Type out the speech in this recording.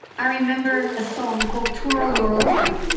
i remember a song called too ra loo ra loo ra.